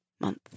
month